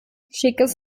schickes